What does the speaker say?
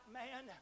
man